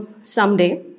someday